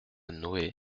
noë